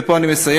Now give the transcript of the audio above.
ופה אני מסיים,